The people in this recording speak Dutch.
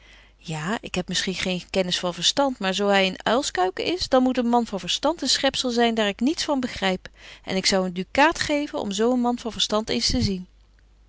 ja ik heb misschien geen kennis van verstand maar zo hy een uilskuiken is dan moet een man van verstand een schepzel zyn daar ik niets van begryp en ik zou een ducaat geven om zo een man van verstand eens te zien